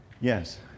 Yes